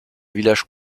village